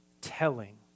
telling